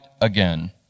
again